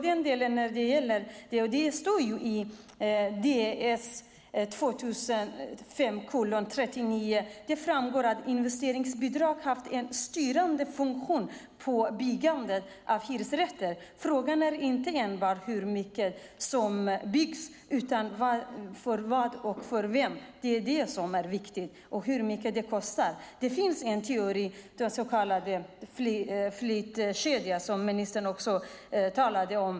Det står i Ds2005:39 att investeringsbidrag har haft en styrande funktion vid byggandet av hyresrätter. Frågan är inte enbart hur mycket som byggs, utan för vad och för vem och hur mycket det kostar. Det är det som är viktigt. Det finns en teori, den så kallade flyttkedjan, som ministern talade om.